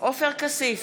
עופר כסיף,